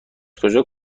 کجا